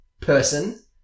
person